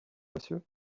monsieur